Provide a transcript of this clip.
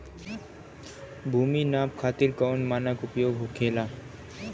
भूमि नाप खातिर कौन मानक उपयोग होखेला?